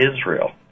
Israel